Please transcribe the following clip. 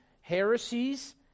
heresies